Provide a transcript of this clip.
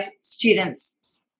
students